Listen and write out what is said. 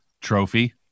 trophy